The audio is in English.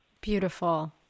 Beautiful